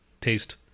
taste